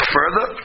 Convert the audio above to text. further